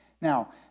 Now